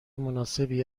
مناسبی